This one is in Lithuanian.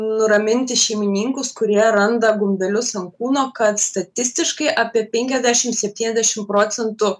nuraminti šeimininkus kurie randa gumbelius ant kūno kad statistiškai apie penkiasdešim septyniasdešim procentų